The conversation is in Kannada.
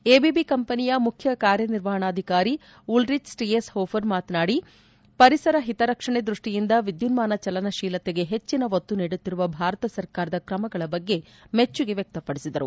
ಎಬಿಬಿ ಕಂಪನಿಯ ಮುಖ್ಯ ಕಾರ್ಯನಿರ್ವಹಣಾಧಿಕಾರಿ ಉಲ್ರಿಚ್ ಸ್ಸೀಯೆಸ್ಹೋಫರ್ ಮಾತನಾಡಿ ಪರಿಸರ ಹಿತರಕ್ಷಣೆ ದ್ವಷ್ಟಿಯಿಂದ ವಿದ್ಯುನ್ಮಾನ ಚಲನಶೀಲತೆಗೆ ಹೆಚ್ಚಿನ ಒತ್ತು ನೀಡುತ್ತಿರುವ ಭಾರತ ಸರ್ಕಾರದ ಕ್ರಮಗಳ ಬಗ್ಗೆ ಮೆಚ್ಚುಗೆ ವ್ಯಕ್ತಪಡಿಸಿದರು